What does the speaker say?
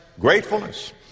gratefulness